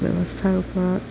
ব্যৱস্থাৰ ওপৰত